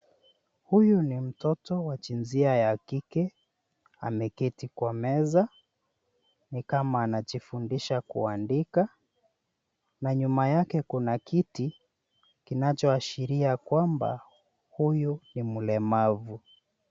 Huyu ni mtoto wa jinsia ya kike. Ameketi kwa meza. Ni kama anajifundisha kuandika na nyuma yake kuna kiti kinachoashiria kwamba huyu ni mlemavu.